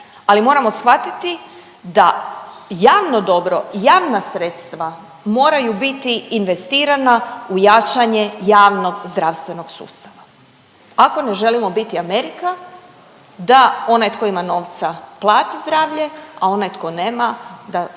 ali moramo shvatiti da javno dobro i javna sredstva moraju biti investirana u jačanje javnog zdravstvenog sustava ako ne želimo biti Amerika da onaj tko ima novca plati zdravlje, a onaj tko nema da